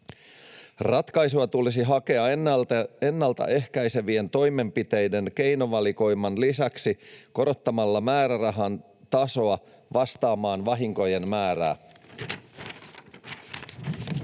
Ratkaisua tulisi hakea ennaltaehkäisevien toimenpiteiden keinovalikoiman lisäksi korottamalla määrärahan tasoa vastaamaan vahinkojen määrää.